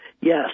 Yes